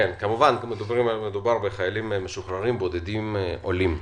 מדובר בחיילים משוחררים בודדים עולים.